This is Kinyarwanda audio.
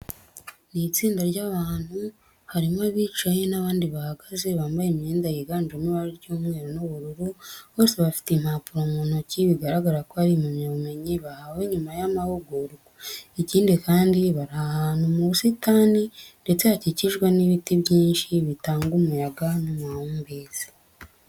Ni itsinda ry'abatu harimo abicaye n'abandi bahagaze, bambaye imyenda yiganjemo ibara ry'umweru n'ubururu. Bose bafite impapuro mu ntoki bigaragara ko ari impamyabumenyi bahawe nyuma y'amahugurwa. Ikindi kandi, bari ahantu mu busitani ndetse hakikijwe n'ibiti byinshi bitanga umuyaga n'amahumbezi.